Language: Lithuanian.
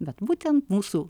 bet būtent mūsų